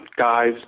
guys